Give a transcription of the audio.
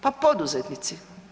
Pa poduzetnici.